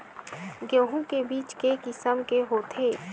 गेहूं के बीज के किसम के होथे?